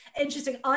interesting